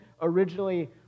originally